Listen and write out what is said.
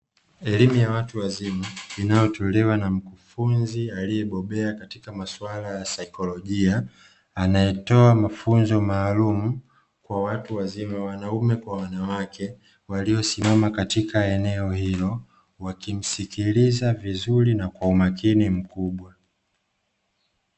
Elimu ya watu wazima inayotolewa na mkufunzi aliyebobea katika maswala ya saikolojia, anayetoa mafunzo maalumu kwa watu wazima wanaume kwa wanawake, waliosimama katika eneo hilo wakimsikiliza vizuri na kwa umakini mkubwa.